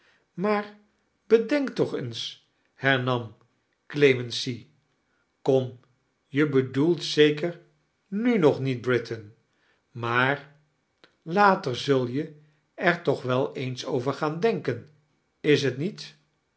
maa-r bedenk toch eens hemam clemency kom je bedoelt zeker nu nog niet britain maar later zul je et toch wel eens over gaan demken is t niett